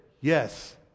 yes